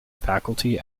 faculty